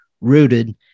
rooted